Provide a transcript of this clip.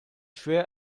schwer